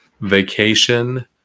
vacation